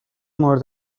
مورد